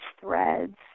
threads